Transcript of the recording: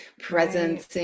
presence